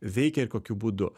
veikia ir kokiu būdu